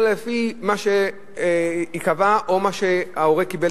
אלא לפי מה שייקבע או לפי מה שההורה קיבל,